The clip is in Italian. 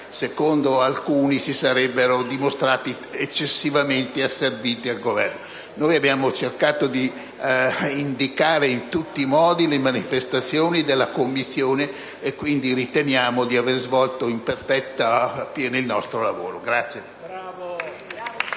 secondo alcuni, si sarebbero dimostrati eccessivamente asserviti al Governo. Abbiamo cercato di indicare in tutti modi le manifestazioni della Commissione e, quindi, riteniamo di aver svolto pienamente il nostro lavoro.